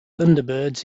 thunderbirds